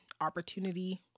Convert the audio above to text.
opportunity